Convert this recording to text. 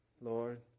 Lord